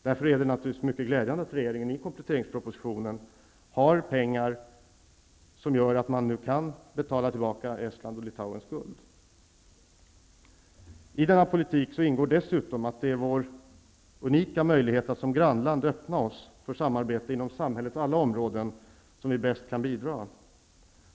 Därför är det naturligtvis mycket glädjande att regeringen i kompletteringspropositionen har pengar som gör att man nu kan betala tillbaka Estlands och I denna politik ingår dessutom att det är genom vår unika möjlighet att som grannland öppna oss för samarbete inom samhällets alla områden som vi bäst kan bidra.